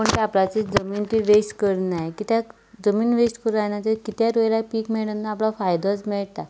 पूण ते आपणाची जमीन ती वेस्ट करनात कित्याक जमीन वेस्ट जायना ती कितेंय रोयल्यार पीक मेळटा आनी आपणाक फोयदो मेळटा